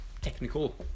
technical